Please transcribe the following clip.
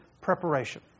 preparation